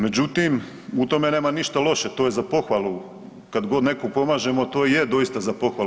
Međutim, u tome nema ništa loše, to je za pohvalu, kad god nekog pomažemo, to je doista za pohvalu.